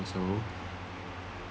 also